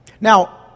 Now